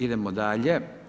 Idemo dalje.